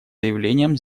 заявлением